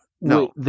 no